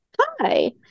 Hi